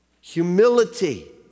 humility